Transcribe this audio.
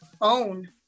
own